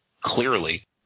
clearly